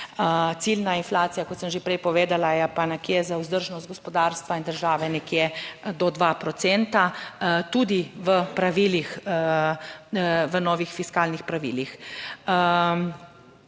ciljna inflacija, kot sem že prej povedala, je pa nekje za vzdržnost gospodarstva in države nekje do 2 procenta tudi v pravilih, v novih fiskalnih pravilih.